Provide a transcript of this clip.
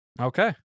Okay